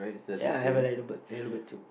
ya I have like the I have the bird too